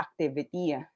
activity